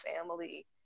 family